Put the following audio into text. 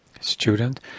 Student